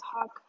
talk